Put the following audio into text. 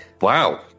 Wow